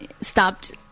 stopped